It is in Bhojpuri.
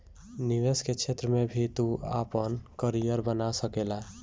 निवेश के क्षेत्र में भी तू आपन करियर बना सकेला